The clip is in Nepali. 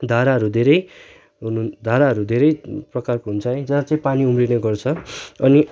धाराहरू धेरै हुनु धाराहरू धेरै प्रकारको हुन्छ जहाँ चाहिँ पानी उम्रिने गर्छ अनि